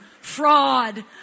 fraud